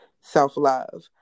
self-love